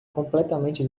completamente